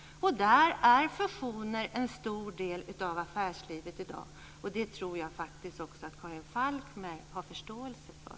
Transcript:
Fusioner är en stor del av affärslivet i dag. Det tror jag faktiskt att också Karin Falkmer har förståelse för.